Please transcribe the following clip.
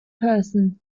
person